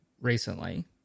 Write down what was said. recently